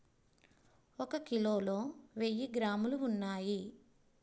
ఒక కిలోలో వెయ్యి గ్రాములు ఉన్నాయి